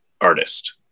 artist